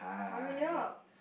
hurry up